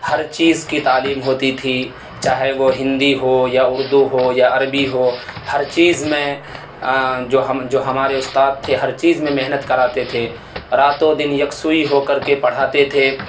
ہر چیز کی تعلیم ہوتی تھی چاہے وہ ہندی ہو یا اردو ہو یا عربی ہو ہر چیز میں جو ہم جو ہمارے استاد تھے ہر چیز میں محنت کراتے تھے راتوں دن یکسوئی ہو کر کے پڑھاتے تھے